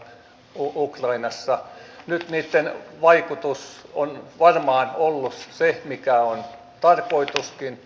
nyt niitten vaikutus on varmaan ollut se mikä on tarkoituskin